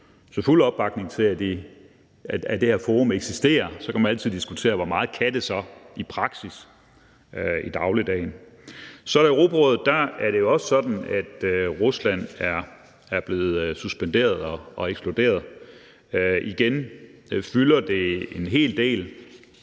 er fuld opbakning til, at det her forum eksisterer. Så kan man altid diskutere, hvor meget det så kan i praksis i dagligdagen. Kl. 17:51 I Europarådet er det jo også sådan, at Rusland er blevet suspenderet og ekskluderet. Igen fylder det en hel del,